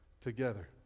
together